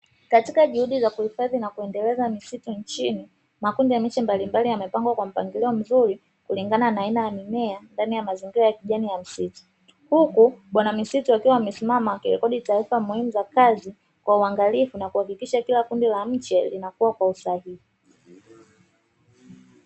Katika juhudi za kuhifadhi na kuendeleza misitu nchini, makundi ya miche mbalimbali yamepangwa kwa mpangilio mzuri kulingana na aina ya mimea ndani ya mazingira ya kijani ya msitu, huku bwana misitu akiwa amesimama akirekodi taarifa muhimu za kazi kwa uangalifu na kuhakikisha kila kundi la mche linakuwa kwa usahihi.